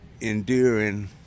enduring